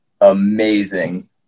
amazing